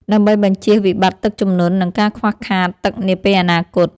ដើម្បីបញ្ជៀសវិបត្តិទឹកជំនន់ និងការខ្វះខាតទឹកនាពេលអនាគត។